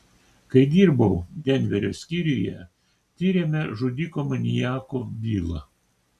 kai dirbau denverio skyriuje tyrėme žudiko maniako bylą